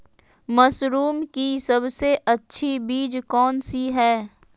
Mushroom की सबसे अच्छी बीज कौन सी है?